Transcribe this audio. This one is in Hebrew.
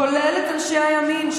כולל את אנשי הימין,